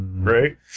Right